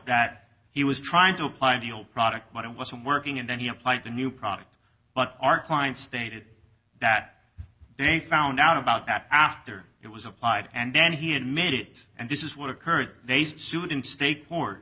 that he was trying to apply the product but it wasn't working and then he applied the new product but our client stated that they found out about that after it was applied and then he admitted it and this is what occurred they sue in state